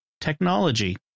technology